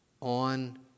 on